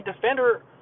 defender